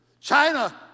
China